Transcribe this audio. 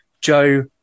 Joe